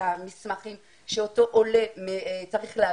המסמכים שאותו עולה צריך להביא,